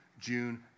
June